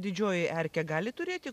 didžioji erkė gali turėti